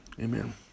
Amen